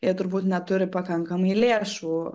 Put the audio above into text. jie turbūt neturi pakankamai lėšų